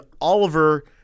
Oliver